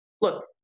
Look